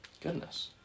Goodness